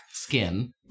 Skin